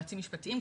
יועצים משפטיים,